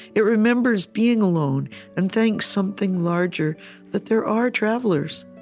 it remembers being alone and thanks something larger that there are travelers,